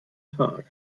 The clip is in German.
tag